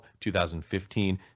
2015